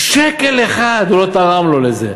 שקל אחד הוא לא תרם לו לזה.